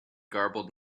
garbled